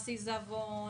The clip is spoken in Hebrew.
מס עיזבון,